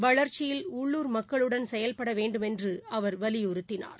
வளர்ச்சியில் உள்ளூர் மக்களுடன் செயல்பட வேண்டும் என்று அவர் வலியுறுத்தினார்